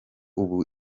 ubu